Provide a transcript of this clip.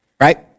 right